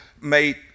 made